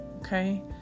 Okay